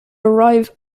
arrive